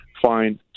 find